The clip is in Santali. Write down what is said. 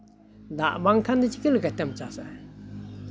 ᱫᱟᱜ ᱵᱟᱝᱠᱷᱟᱱ ᱫᱚ ᱪᱤᱠᱟᱹ ᱞᱮᱠᱟᱛᱮᱢ ᱪᱟᱥᱟ